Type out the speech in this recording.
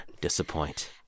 disappoint